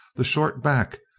the short back,